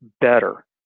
better